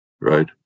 right